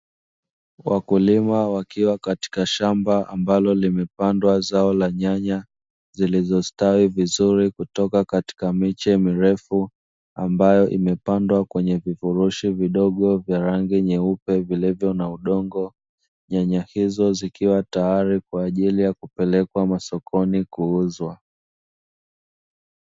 Wakulima wakiwa katika shamba ambalo limepandwa zao la nyanya zilizostawi vizuri kutoka katika miche mirefu, ambayo imepandwa kwenye vifurushi vidogo vya rangi nyeupe vilivyo na udongo, nyanya hizo zikiwa tayari kwa ajili ya kupelekwa masokoni kuuzwa.